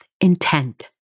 intent